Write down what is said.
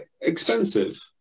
expensive